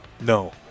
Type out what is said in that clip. No